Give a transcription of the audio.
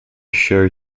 show